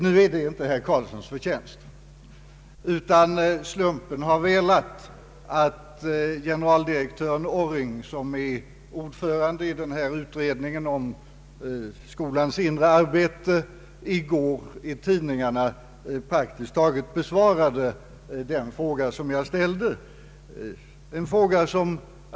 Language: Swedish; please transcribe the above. Det är nu inte herr Carlssons förtjänst, utan slumpen har velat att generaldirektör Orring, som är ordförande i utredningen om skolans inre arbete, i går i tidningarna praktiskt taget besvarade den fråga som jag ställde.